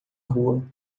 rua